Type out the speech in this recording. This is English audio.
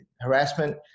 harassment